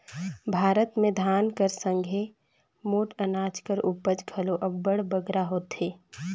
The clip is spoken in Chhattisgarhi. भारत में धान कर संघे मोट अनाज कर उपज घलो अब्बड़ बगरा होथे